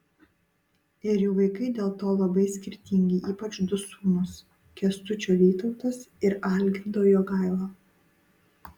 ir jų vaikai dėl to labai skirtingi ypač du sūnūs kęstučio vytautas ir algirdo jogaila